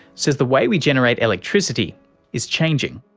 says the way we generate electricity is changing.